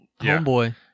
homeboy